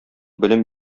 белем